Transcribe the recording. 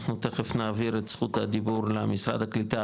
אנחנו תיכף נעביר את זכות הדיבור למשרד הקליטה,